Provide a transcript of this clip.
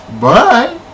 bye